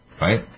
right